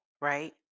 right